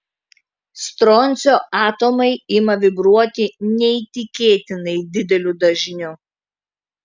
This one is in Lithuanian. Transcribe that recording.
stroncio atomai ima vibruoti neįtikėtinai dideliu dažniu